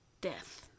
Death